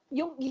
yung